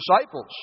disciples